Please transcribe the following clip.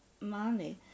money